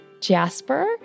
Jasper